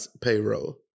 payroll